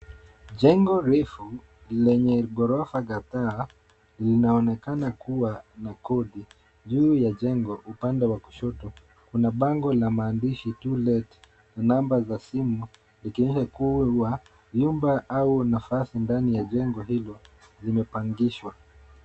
Jengo refu lenye ghorofa kadhaa, linaonekana kua na kodi. Juu ya jengo upande wa kushoto kuna bango lina maandishi to let , na namba za simu, likionyesha kua nyumba au nafasi ndani ya jengo hilo zimepangishwa.